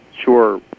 sure